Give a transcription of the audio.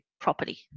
property